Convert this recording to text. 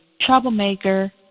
troublemaker